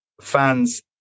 fans